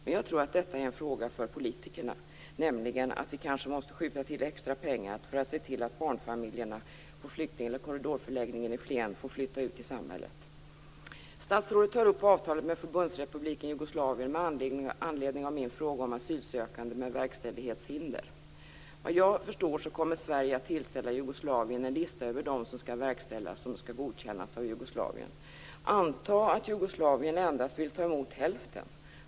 Men jag tror att detta är en fråga för politikerna, nämligen att vi kanske måste skjuta till extra pengar för att se till att barnfamiljerna på korridorförläggningen i Flen får flytta ut i samhället. Jugoslavien med anledning av min fråga om asylsökande med verkställighetshinder. Såvitt jag förstår kommer Sverige att tillställa Jugoslavien en lista över beslut som skall verkställas och som skall godkännas av Jugoslavien. Antag att Jugoslavien endast vill ta emot hälften.